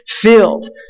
filled